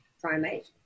primate